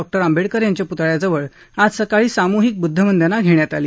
बाबासाहेब आंबेडकर यांच्या पुतळ्याजवळ आज सकाळी सामूहिक बुद्धवंदना घेण्यात आली